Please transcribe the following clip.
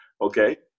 Okay